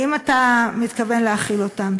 האם אתה מתכוון להחיל אותן.